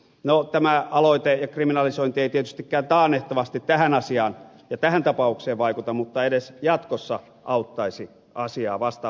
no tämä aloite ja kriminalisointi ei tietystikään taannehtivasti tähän asiaan ja tähän tapaukseen vaikuta mutta se edes jatkossa auttaisi asiaa vastaavanlaisissa tilanteissa